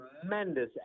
tremendous